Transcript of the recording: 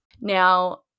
now